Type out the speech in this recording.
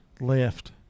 left